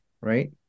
right